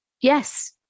yes